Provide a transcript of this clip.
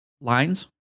lines